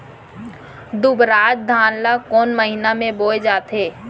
दुबराज धान ला कोन महीना में बोये जाथे?